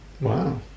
Wow